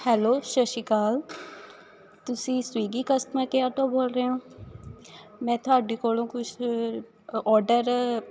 hello ਸਤਿ ਸ਼੍ਰੀ ਅਕਾਲ ਤੁਸੀਂ ਸਵੀਗੀ ਕਸਟਮਰ ਕੇਅਰ ਤੋਂ ਬੋਲ ਰਹੇ ਓਂ ਮੈਂ ਤੁਹਾਡੇ ਕੋਲੋਂ ਕੁਝ ਅ ਔਡਰ